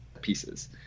pieces